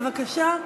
בבקשה.